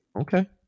okay